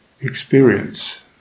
experience